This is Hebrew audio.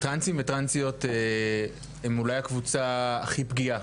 טרנסים וטרנסיות הם אולי הקבוצה הכי פגיעה,